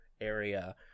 area